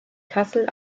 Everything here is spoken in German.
kassel